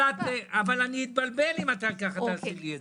אבל אני אתבלבל אם את ככה תעשי לי את זה.